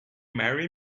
marry